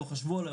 או לא חשבו עליה,